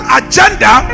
agenda